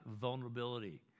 vulnerability